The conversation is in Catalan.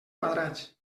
quadrats